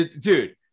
dude